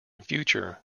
future